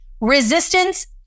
Resistance